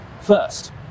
first